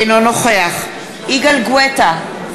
אינו נוכח יגאל גואטה,